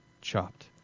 Chopped